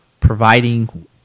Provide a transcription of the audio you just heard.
Providing